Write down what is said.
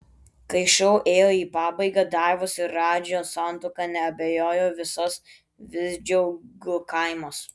kai šou ėjo į pabaigą daivos ir radžio santuoka neabejojo visas visdžiaugų kaimas